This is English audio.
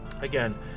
again